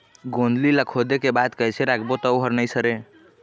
गोंदली ला खोदे के बाद कइसे राखबो त ओहर नई सरे?